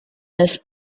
miss